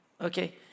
Okay